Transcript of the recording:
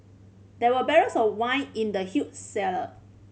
there were barrels of wine in the huge cellar